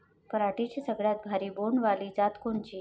पराटीची सगळ्यात भारी बोंड वाली जात कोनची?